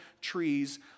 trees